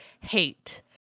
hate